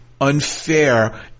unfair